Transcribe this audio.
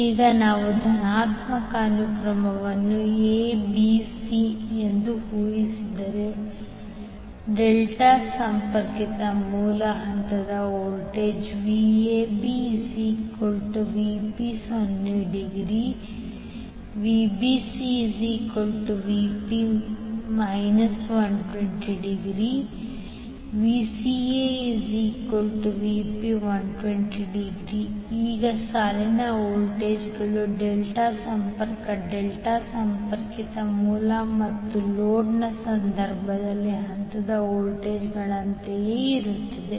ಈಗ ನಾವು ಧನಾತ್ಮಕ ಅನುಕ್ರಮವನ್ನು A B C ಎಂದು ಊಹಿಸಿದರೆ ಡೆಲ್ಟಾ ಸಂಪರ್ಕಿತ ಮೂಲದ ಹಂತದ ವೋಲ್ಟೇಜ್ VabVp∠0° VbcVp∠ 120° VcaVp∠120° ಈಗ ಸಾಲಿನ ವೋಲ್ಟೇಜ್ಗಳು ಡೆಲ್ಟಾ ಸಂಪರ್ಕ ಡೆಲ್ಟಾ ಸಂಪರ್ಕಿತ ಮೂಲ ಮತ್ತು ಲೋಡ್ನ ಸಂದರ್ಭದಲ್ಲಿ ಹಂತದ ವೋಲ್ಟೇಜ್ಗಳಂತೆಯೇ ಇರುತ್ತವೆ